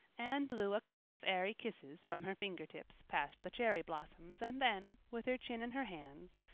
anne blew a couple of airy kisses from her fingertips past the cherry blossoms and then, with her chin in her hands,